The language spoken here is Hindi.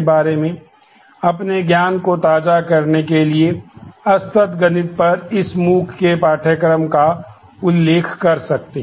बारे में अपने ज्ञान को ताजा करने के लिए असतत गणित पर इस MOOC के पाठ्यक्रम का उल्लेख कर सकते हैं